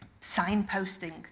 signposting